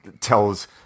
tells